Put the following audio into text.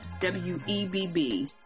W-E-B-B